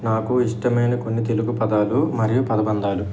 నాకు ఇష్టమైన కొన్ని తెలుగు పదాలు మరియు పదబంధాలు